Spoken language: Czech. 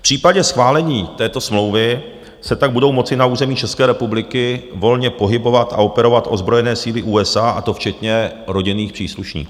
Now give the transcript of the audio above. V případě schválení této smlouvy se tak budou moci na území České republiky volně pohybovat a operovat ozbrojené síly USA, a to včetně rodinných příslušníků.